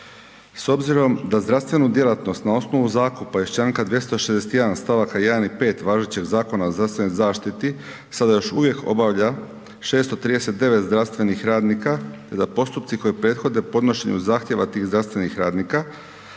S obzirom da zdravstvenu djelatnost na osnovu zakupa iz članka 261. stavaka 1. i 5. važećeg Zakona o zdravstvenoj zaštiti sada još uvijek obavlja 639 zdravstvenih radnika za postupci koji prethode podnošenju zahtjeva tih zdravstvenih radnika,